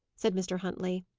said mr. huntley.